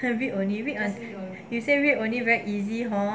read only read you say read only very easy hor